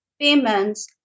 payments